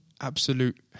absolute